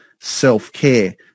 self-care